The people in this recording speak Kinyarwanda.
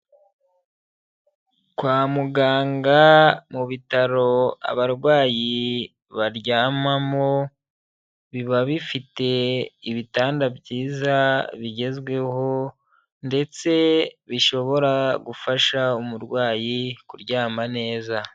Kwa muganga mu bitaro abarwayi baryamamo, biba bifite ibitanda byiza bigezweho ndetse bishobora gufasha umurwayi kuryama neza.